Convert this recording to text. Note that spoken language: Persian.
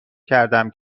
کردم